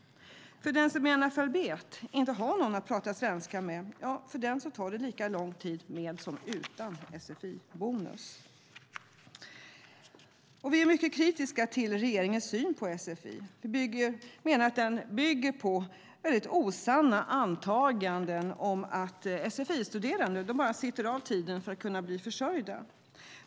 För den som är analfabet och inte har någon att tala svenska med tar det lika lång tid med som utan sfi-bonus. Vi är mycket kritiska till regeringens syn på sfi. Vi menar att den bygger på osanna antaganden om att sfi-studerande bara sitter av tiden för att kunna bli försörjda.